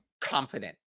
confident